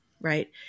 right